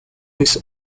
which